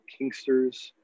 kinksters